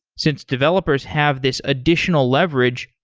since developers have this additional leverage,